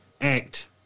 act